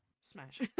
Smash